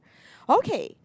okay